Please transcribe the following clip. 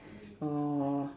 orh